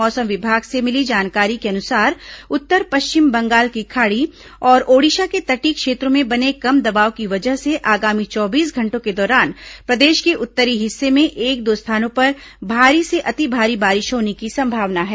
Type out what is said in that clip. मौसम विभाग से मिली जानकारी के अनुसार उत्तर पश्चिम बंगाल की खाड़ी और ओडिशा के तटीय क्षेत्रों में बने कम दबाव की वजह से आगामी चौबीस घंटों के दौरान प्रदेश के उत्तरी हिस्से में एक दो स्थानों पर भारी से अति भारी बारिश होने की संभावना है